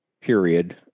period